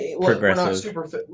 progressive